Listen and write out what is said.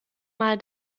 mal